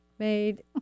made